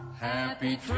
Happy